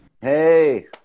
Hey